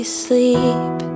sleep